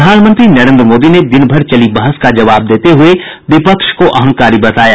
प्रधानमंत्री नरेंद्र मोदी ने दिन भर चली बहस का जवाब देते हुए विपक्ष को अहंकारी बताया